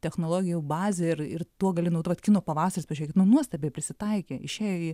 technologijų bazę ir ir tuo gali naudot kino pavasaris pažiūrėkit nu nuostabiai prisitaikė išėjo į